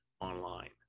online